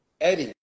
Eddie